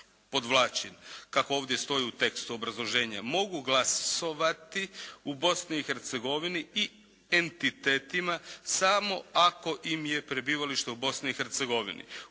kako ovdje stoji u tekstu obrazloženja mogu glasovati u Bosni i Hercegovini i entitetima samo ako im je prebivalište u Bosni